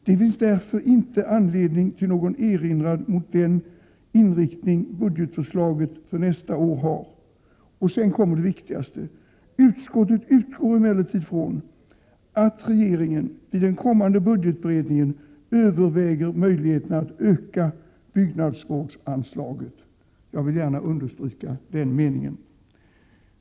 Det finns därför inte anledning till någon erinran mot den inriktning budgetförslaget för nästa år har. Utskottet utgår emellertid från att regeringen vid den kommande budgetberedningen överväger möjligheten att öka byggnadsvårdsanslaget. Jag vill gärna understryka denna mening.